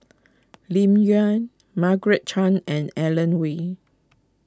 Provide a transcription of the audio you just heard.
Lim Yau Margaret Chan and Alan Wei